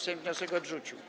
Sejm wniosek odrzucił.